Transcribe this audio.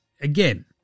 Again